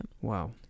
Wow